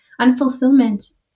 unfulfillment